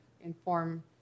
inform